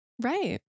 Right